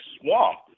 swamp